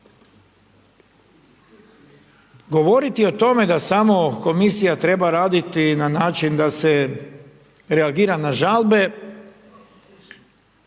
Govoriti o tome da samo komisija treba raditi na način da se reagira na žalbe,